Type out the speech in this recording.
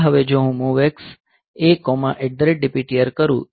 આ હવે જો હું MOV X ADPTR કરું